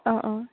অঁ অঁ